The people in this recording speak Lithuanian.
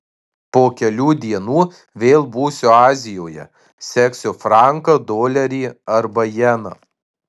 po kelių dienų vėl būsiu azijoje seksiu franką dolerį arba jeną